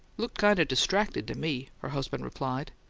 looked kind of distracted to me, her husband replied.